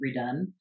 redone